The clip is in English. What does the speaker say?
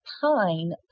Pine